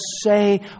say